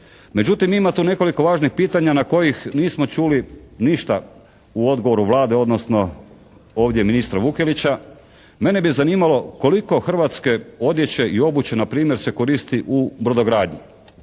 Međutim, ima tu nekoliko važnih pitanja na kojih nismo čuli ništa u odgovoru Vlade, odnosno ovdje ministra Vukelića. Mene bi zanimalo koliko hrvatske odjeće i obuće npr. se koristi u brodogradnji?